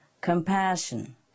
compassion